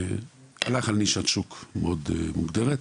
הלך על נישת ששוק מאוד מוגדרת.